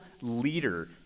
leader